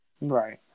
Right